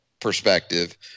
perspective